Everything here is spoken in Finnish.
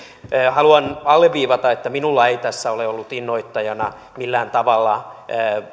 haluan alleviivata että minulla ei tässä ole ollut innoittajana millään tavalla